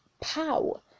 Pow